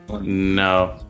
No